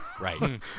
right